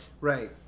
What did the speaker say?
Right